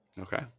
Okay